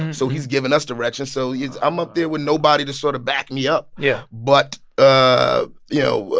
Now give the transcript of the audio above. and so he's giving us direction. so you know i'm up there with nobody to sort of back me up. yeah. but, ah you know,